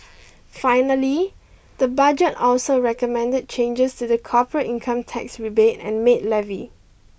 finally the budget also recommended changes to the corporate income tax rebate and maid levy